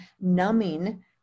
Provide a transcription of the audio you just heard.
numbing